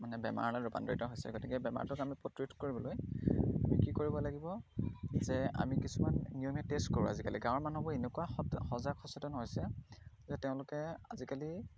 মানে বেমাৰলৈ ৰূপান্তৰিত হৈছে গতিকে বেমাৰটোক আমি প্ৰতিৰোধ কৰিবলৈ আমি কি কৰিব লাগিব যে আমি কিছুমান নিয়মীয়া টেষ্ট কৰোঁ আজিকালি গাঁৱৰ মানুহবোৰ এনেকুৱা সৎ সজাগ সচেতন হৈছে যে তেওঁলোকে আজিকালি